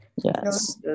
yes